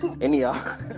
anyhow